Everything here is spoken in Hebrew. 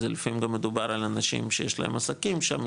זה לפעמים מדובר על אנשים שיש להם עסקים שם,